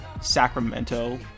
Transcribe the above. Sacramento